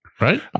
right